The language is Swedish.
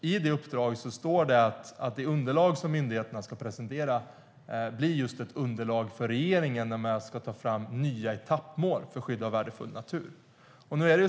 I uppdraget står det att det som myndigheterna ska presentera blir ett underlag för regeringen när man ska ta fram nya etappmål för skydd av värdefull natur.